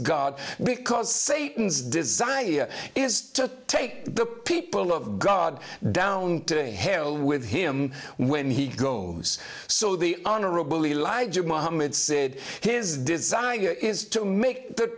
god because satan's desire is to take the people of god down to hell with him when he goes so the honorable elijah muhammad said his desire is to make the